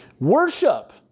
Worship